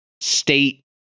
state